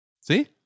See